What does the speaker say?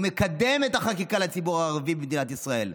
הוא מקדם את החקיקה לציבור הערבי במדינת ישראל,